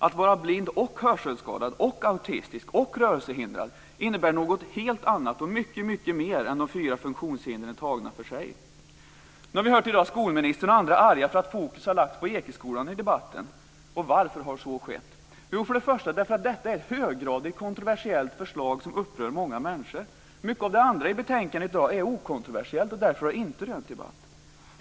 Att vara blind och hörselskadad och autistisk och rörelsehindrad innebär något helt annat och mycket mera än de fyra funktionshindren tagna för sig. Vi har i dag hört skolministern och andra bli arga för att fokus har lagts på Ekeskolan i debatten. Varför har så skett? Jo, för det första därför att detta är ett i hög grad kontroversiellt förslag som upprör många människor. Mycket av det andra i betänkandet är okontroversiellt och har därför inte rönt debatt.